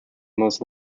most